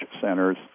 centers